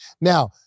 Now